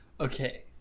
okay